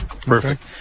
perfect